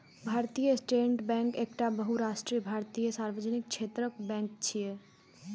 भारतीय state bank एकटा बहुराष्ट्रीय भारतीय सार्वजनिक क्षेत्रक बैंक छियै